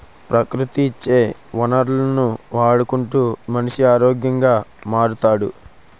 ప్రకృతి ఇచ్చే వనరులను వాడుకుంటే మనిషి ఆరోగ్యంగా మారుతాడు